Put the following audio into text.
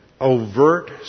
overt